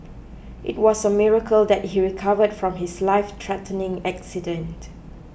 it was a miracle that he recovered from his lifethreatening accident